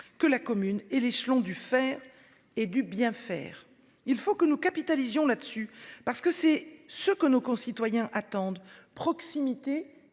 que la commune est l'échelon du faire et du bien faire. Il faut que nous capitalisions là-dessus, parce que c'est ce que nos concitoyens attendent : proximité